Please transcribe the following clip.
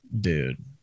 Dude